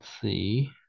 see